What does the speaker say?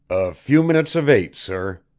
a few minutes of eight, sir.